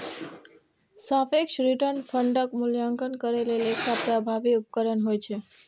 सापेक्ष रिटर्न फंडक मूल्यांकन करै लेल एकटा प्रभावी उपकरण होइ छै